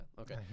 okay